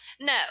No